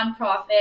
nonprofit